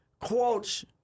quotes